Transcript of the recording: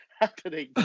happening